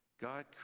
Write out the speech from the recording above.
God